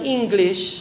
English